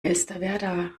elsterwerda